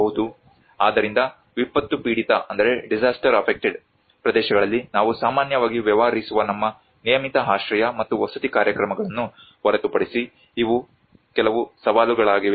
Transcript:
ಆದ್ದರಿಂದ ವಿಪತ್ತು ಪೀಡಿತ ಪ್ರದೇಶಗಳಲ್ಲಿ ನಾವು ಸಾಮಾನ್ಯವಾಗಿ ವ್ಯವಹರಿಸುವ ನಮ್ಮ ನಿಯಮಿತ ಆಶ್ರಯ ಮತ್ತು ವಸತಿ ಕಾರ್ಯಕ್ರಮಗಳನ್ನು ಹೊರತುಪಡಿಸಿ ಇವು ಕೆಲವು ಸವಾಲುಗಳಾಗಿವೆ